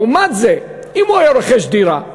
לעומת זאת, אם הוא היה רוכש דירה,